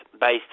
based